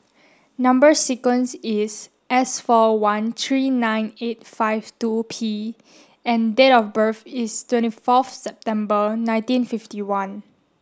number sequence is S four one three nine eight five two P and date of birth is twenty fourth September nineteen fifty one